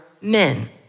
men